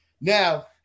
Now